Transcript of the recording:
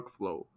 workflow